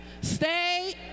Stay